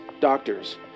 doctors